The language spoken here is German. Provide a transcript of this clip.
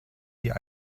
hier